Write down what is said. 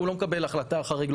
הוא לא מקבל החלטה חריג,